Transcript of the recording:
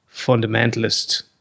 fundamentalist